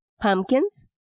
pumpkins